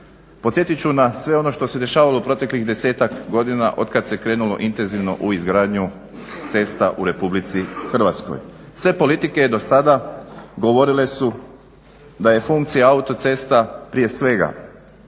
Podsjetit ću na sve ono što se dešavalo u proteklih desetak godina od kada se krenulo intenzivno u izgradnju cesta u RH. Sve politike do sada govorile su da je funkcija autocesta prije svega